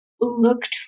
looked